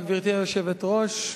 גברתי היושבת-ראש,